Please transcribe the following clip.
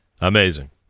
Amazing